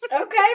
Okay